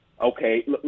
okay